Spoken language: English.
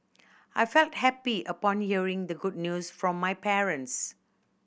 I felt happy upon hearing the good news from my parents